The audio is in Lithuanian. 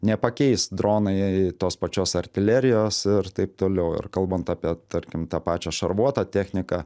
nepakeis dronai tos pačios artilerijos ir taip toliau ir kalbant apie tarkim tą pačią šarvuotą techniką